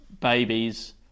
babies